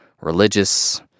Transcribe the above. religious